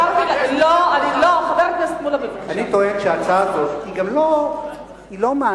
אני גם טוען שההצעה הזאת לא מעשית,